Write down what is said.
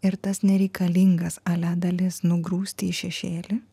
ir tas nereikalingas ale dalis nugrūsti į šešėlį